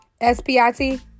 S-P-I-T